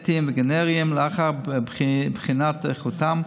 אתיים וגנריים, לאחר בחינת איכותם,